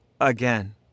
again